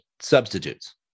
substitutes